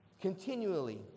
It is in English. Continually